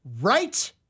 right